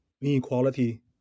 inequality